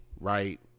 right